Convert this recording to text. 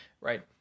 Right